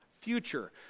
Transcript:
future